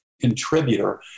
contributor